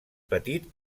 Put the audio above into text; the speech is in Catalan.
petit